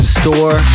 store